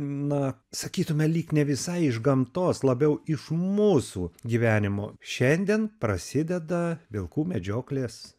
na sakytumėme lyg ne visai iš gamtos labiau iš mūsų gyvenimo šiandien prasideda vilkų medžioklės